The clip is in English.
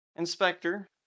Inspector